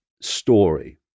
story